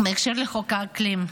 באשר לחוק האקלים,